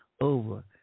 over